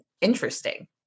interesting